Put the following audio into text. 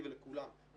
רצון ללמוד,